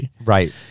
right